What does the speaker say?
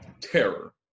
terror